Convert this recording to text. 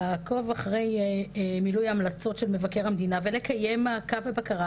לעקוב אחרי מילוי המלצות של מבקר המדינה ולקיים מעקב ובקרה